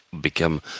become